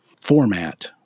format